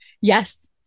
Yes